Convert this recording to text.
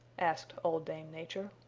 asked old dame nature.